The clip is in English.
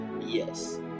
Yes